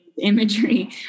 imagery